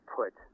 put